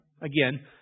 again